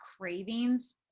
cravings